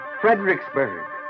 Fredericksburg